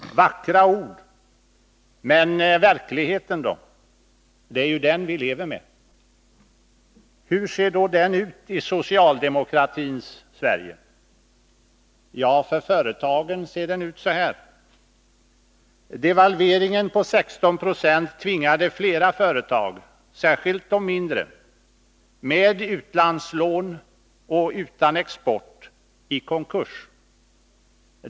Vackra ord — men verkligheten då? Det är ju den vi lever med. Hur ser den ut i socialdemokratins Sverige? För företagen ser den ut så här. Devalveringen på 16 90 tvingade flera företag, särskilt mindre, med utlandslån och utan export i konkurs.